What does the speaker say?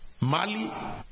Mali